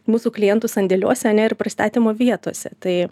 mūsų klientų sandėliuose ir pristatymo vietose tai